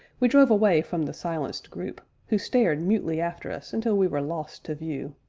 we drove away from the silenced group, who stared mutely after us until we were lost to view.